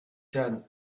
done